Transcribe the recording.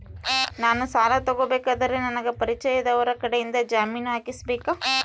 ನಾನು ಸಾಲ ತಗೋಬೇಕಾದರೆ ನನಗ ಪರಿಚಯದವರ ಕಡೆಯಿಂದ ಜಾಮೇನು ಹಾಕಿಸಬೇಕಾ?